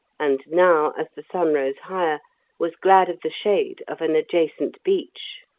and now as the sun rose higher was glad of the shade of an adjacent beech.